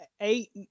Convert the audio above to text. eight